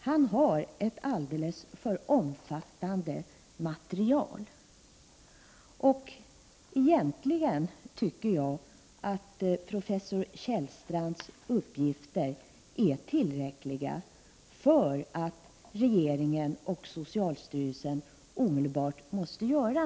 Han har ett alltför omfattande material för att man skall kunna göra det. Egentligen tycker jag att professor Kjellstrands uppgifter är tillräckliga för att regeringen och socialstyrelsen omedelbart skall agera.